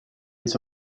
des